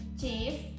cheese